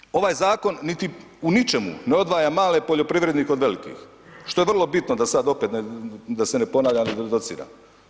Također, ovaj zakon u ničemu ne odvaja male poljoprivrednike od velikih, što je vrlo bitno, da sad opet, da se ne ponavljam i dociram.